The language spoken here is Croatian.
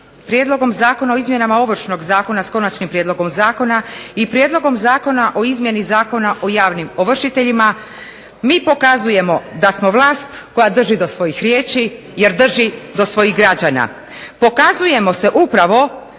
Prijedlogom zakona o izmjenama Ovršnog zakona s Konačnim prijedlogom Zakona i prijedlogom Zakona o izmjeni Zakona o javnim ovršiteljima mi pokazujemo da smo vlast koja drži do svojih riječi jer drži do svojih građana, pokazujemo se upravo